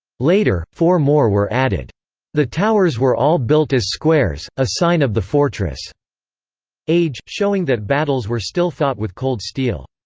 later, four more were added the towers were all built as squares, a sign of the fortress' age, showing that battles were still fought with cold steel.